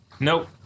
Nope